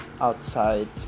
outside